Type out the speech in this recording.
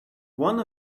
one